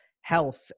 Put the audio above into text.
health